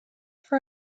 for